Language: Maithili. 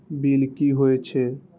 बील की हौए छै?